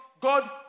God